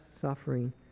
suffering